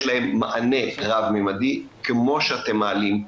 להם מענה רב ממדי כמו שאתם מעלים פה.